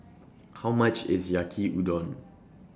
How much IS Yaki Udon